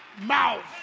Mouth